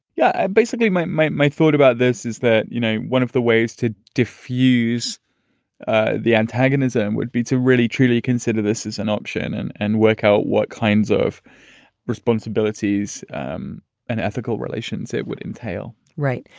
yeah. basically, my my my thought about this is that, you know, one of the ways to diffuse ah the antagonism would be to really, truly consider this as an option and and work out what kinds of responsibilities um and ethical relations it would entail right.